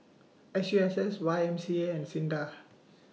S U S S Y M C A and SINDA